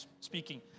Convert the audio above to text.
speaking